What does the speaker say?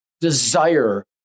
desire